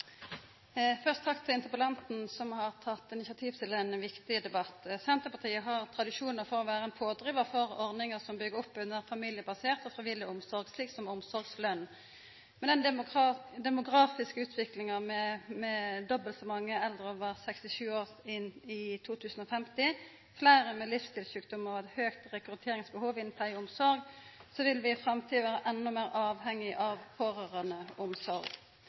Først takk til interpellanten som har teke initiativ til ein viktig debatt. Senterpartiet har tradisjonar for å vera ein pådrivar for ordningar som byggjer opp under familiebasert og frivillig omsorg, slik som omsorgsløn. Med den demografiske utviklinga, med dobbelt så mange over 67 år i 2050, fleire med livsstilsjukdomar og eit høgt rekrutteringsbehov innan pleie og omsorg, vil vi i framtida vera endå meir avhengige av